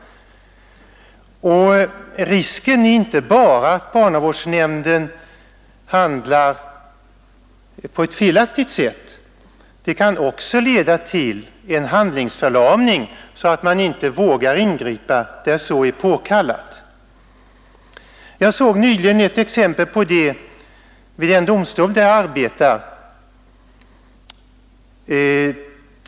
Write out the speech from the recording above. Risken är inte bara att barnavårdsnämnden handlar på ett felaktigt sätt; det kan också hända att det inträder en handlingsförlamning så att man inte vågar ingripa där så är påkallat. Jag såg nyligen ett exempel på det vid den domstol där jag arbetar.